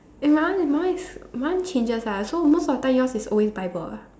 eh my one my one is mine changes ah so most of the time yours is always bible ah